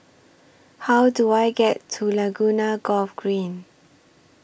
How Do I get to Laguna Golf Green